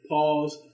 Pause